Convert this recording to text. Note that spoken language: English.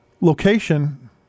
location